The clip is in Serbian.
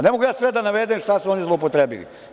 Ne mogu sve da navedem šta su oni zloupotrebili.